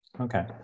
Okay